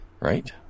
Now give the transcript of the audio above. Right